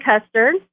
Custard